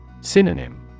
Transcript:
Synonym